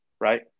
right